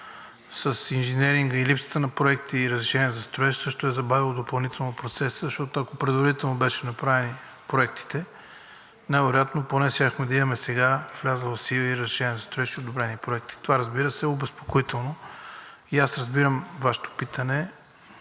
с инженеринга и липсата на проект и разрешение за строеж също е забавило допълнително процеса, защото, ако бяха направени предварително проектите, най-вероятно поне сега щяхме да имаме влязло в сила и разрешение за строеж, и одобрени проекти. Това, разбира се, е обезпокоително и аз разбирам Вашето питане.